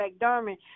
McDermott